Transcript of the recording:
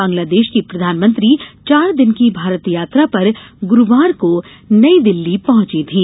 बांग्लादेश की प्रधानमंत्री चार दिन की भारत यात्रा पर गुरूवार को नई दिल्ली पहुंची थीं